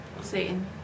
Satan